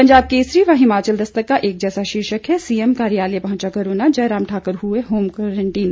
पंजाब केसरी व हिमाचल दस्तक का एक जैसा शीर्षक है सीएम कार्यालय पहुंचा कोरोना जयराम ठाकूर हुए होम क्वारंटीन